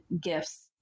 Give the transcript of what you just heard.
gifts